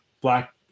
Black